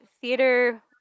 theater